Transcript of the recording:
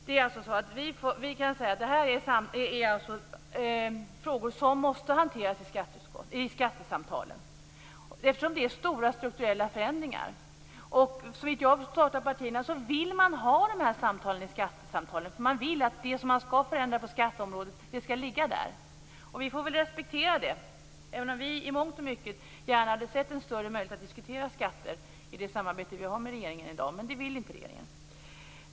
Det här är frågor som måste hanteras i skattesamtalen, eftersom det gäller stora strukturella förändringar. Såvitt jag har förstått av partierna vill de föra de här diskussionerna i skattesamtalen. Man vill att frågor om förändringar på skatteområdet skall tas upp där. Vi får väl respektera det, även om vi i mångt och mycket gärna hade sett en större möjlighet att diskutera skatter i det samarbete som vi har med regeringen i dag. Detta vill dock regeringen inte göra.